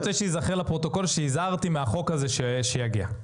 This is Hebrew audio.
אני רוצה שייזכר לפרוטוקול שהזהרתי מהחוק הזה שיגיע.